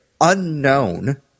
unknown